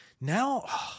now